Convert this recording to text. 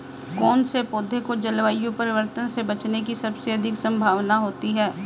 कौन से पौधे को जलवायु परिवर्तन से बचने की सबसे अधिक संभावना होती है?